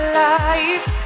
life